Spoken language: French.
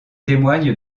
témoigne